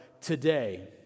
today